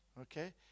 okay